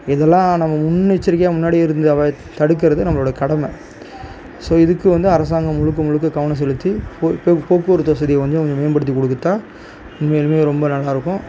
இதெல்லாம் நம்ம முன்னெச்சரிக்கையாக முன்னாடியிருந்தே அவாட் தடுக்கறது நம்மளோட கடமை ஸோ இதுக்கு வந்து அரசாங்கம் முழுக்க முழுக்க கவனம் செலுத்தி போக்குவரத்து வசதியை வந்து கொஞ்சம் மேம்படுத்தி கொடுத்தா உண்மையிலுமே ரொம்ப நல்லாருக்கும்